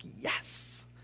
yes